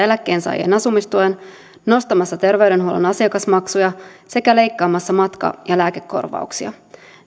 eläkkeensaajien asumistuen nostamassa terveydenhuollon asiakasmaksuja sekä leikkaamassa matka ja lääkekorvauksia